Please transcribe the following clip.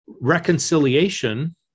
Reconciliation